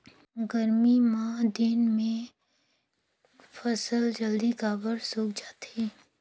गरमी कर दिन म फसल जल्दी काबर सूख जाथे?